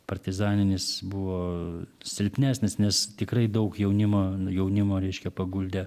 partizaninis buvo silpnesnis nes tikrai daug jaunimo jaunimo reiškia paguldė